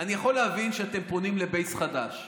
אני יכול להבין שאתם פונים לבייס חדש.